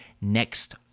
next